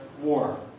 War